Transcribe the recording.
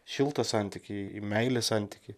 šiltą santykį į meilės santykį